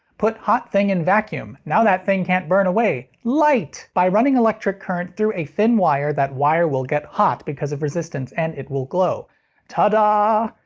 put hot thing in vacuum. now that thing can't burn away. light! by running electric current through a thin wire, that wire will get hot because of resistance and it will glow tada!